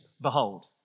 Behold